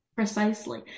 Precisely